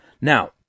Now